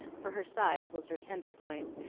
for her size was her tender point,